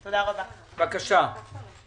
בבקשה.